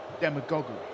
demagoguery